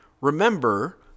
remember